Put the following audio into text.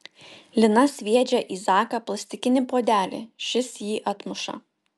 lina sviedžia į zaką plastikinį puodelį šis jį atmuša